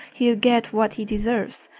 he'll get what he deserves.